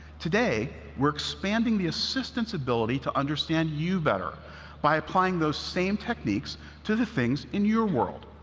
today, we're expanding the assistant's ability to understand you better by applying those same techniques to the things in your world.